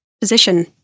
position